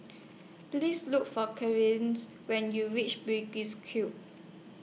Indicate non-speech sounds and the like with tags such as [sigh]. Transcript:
Please Look For [unintelligible] when YOU REACH Bugis Cube